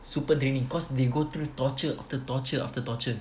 super draining cause they go through torture after torture after torture